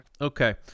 Okay